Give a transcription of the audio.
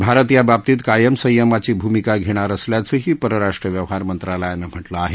भारत या बाबतीत कायम संयमाची भूमिका घेणार असल्याचंही परराष्ट्र व्यवहार मंत्रालयानं म्हालिं आहे